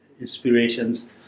inspirations